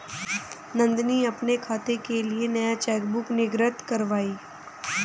नंदनी अपने खाते के लिए नया चेकबुक निर्गत कारवाई